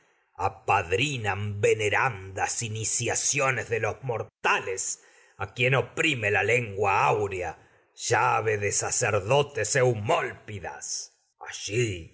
apadrinan venerandas iniciaciones a mortales quienes oprime la lengua áurea llave de sacerdotes eumólpidas allí